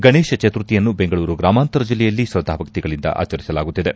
ಗಣೇಶ ಚತುರ್ಥಿಯನ್ನು ಬೆಂಗಳೂರು ಗ್ರಮಾಂತರ ಜಿಲ್ಲೆಯಲ್ಲಿ ತ್ರದ್ದಾಭಕ್ತಿಗಳಿಂದ ಆಚರಿಸಲಾಗುತ್ತಿದೆ